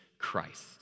Christ